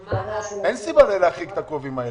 אין סיבה להרחיק את הקרובים האלה.